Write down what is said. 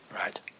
Right